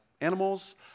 animals